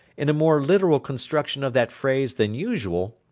in a more literal construction of that phrase than usual,